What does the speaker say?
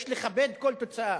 יש לכבד כל תוצאה.